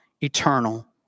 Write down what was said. eternal